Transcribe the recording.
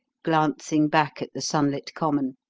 glancing back at the sunlit common,